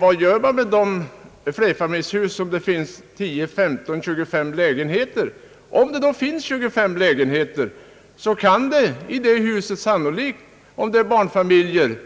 man gör med de flerfamiljshus där det finns 10, 15 eller 25 lägenheter. I ett hus med 25 lägenheter kan sannolikt bo 100 personer, om det är barnfamiljer.